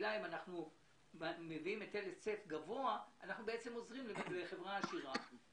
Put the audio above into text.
וממילא אם מביאים היטל היצף גבוה עוזרים לחברה עשירה,